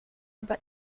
aber